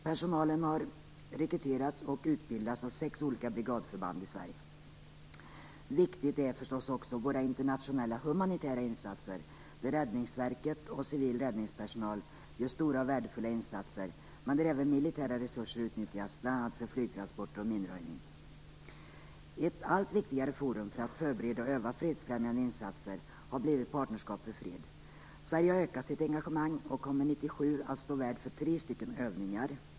Personalen har rekryterats och utbildats av sex olika brigadförband i Sverige. Viktigt är förstås också våra internationella humanitära insatser, där Räddningsverket och civil räddningspersonal gör stora och värdefulla insatser men där även militära resurser utnyttjas, bl.a. för flygtransporter och minröjning. Ett allt viktigare forum för att förbereda och öva fredsfrämjande insatser har blivit Partnerskap för fred. Sverige har ökat sitt engagemang och kommer 1997 att stå värd för tre övningar.